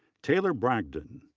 taylor bragdon.